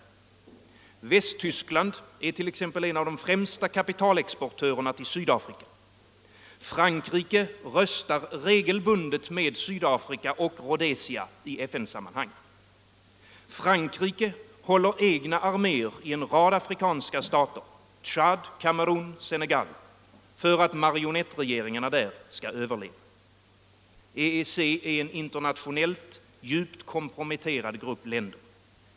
Västtyskland är en av de främsta kapitalexportörerna till Sydafrika. Frankrike röstar regelbundet med Sydafrika och Rhodesia i FN-sammanhang. Frankrike håller egna arméer i en rad afrikanska stater — Tchad, Kamerun, Senegal - för att marionettregeringarna där skall överleva. EEC är en internationellt djupt komprometterad grupp länder.